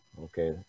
okay